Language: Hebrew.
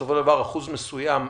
שבסופו של דבר אחוז מסוים מת.